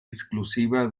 exclusiva